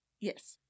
Yes